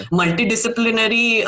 multidisciplinary